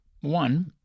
One